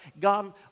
God